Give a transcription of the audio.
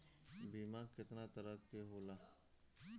बीमा केतना तरह के होला?